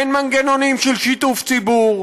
אין מנגנונים של שיתוף הציבור,